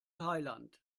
thailand